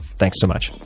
thanks so much.